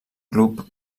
club